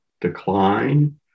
decline